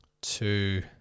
two